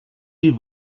die